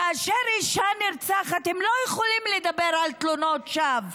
כאשר אישה נרצחת הם לא יכולים לדבר על תלונות שווא.